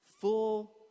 Full